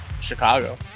Chicago